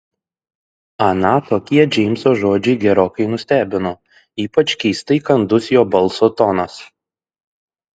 aną tokie džeimso žodžiai gerokai nustebino ypač keistai kandus jo balso tonas